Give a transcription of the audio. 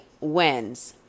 wins